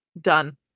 Done